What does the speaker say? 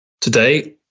Today